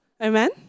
Amen